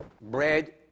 bread